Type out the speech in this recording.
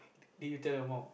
did you tell your mum